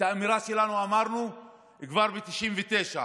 את האמירה שלנו אמרנו כבר ב-1999,